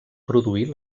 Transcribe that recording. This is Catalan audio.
produir